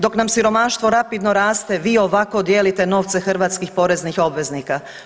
Dok nam siromaštvo rapidno raste vi ovako dijelite novce hrvatskih poreznih obveznika.